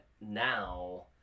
now